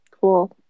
Cool